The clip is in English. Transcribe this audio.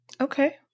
Okay